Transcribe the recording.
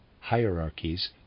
hierarchies